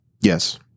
yes